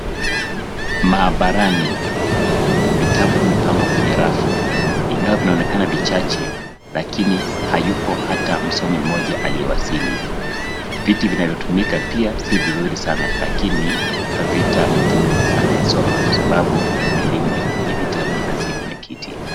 Maabarani vitabu vimepangwa kwenye rafu ingawa vinaonekana vichache lakini hayupo hata msomi mmoja aliyewasili. Viti vinavyotumika pia si vizuri sana lakini havitamdhuru anayesoma kwa sababu elimu iko kwenye vitabu na si kwenye kiti.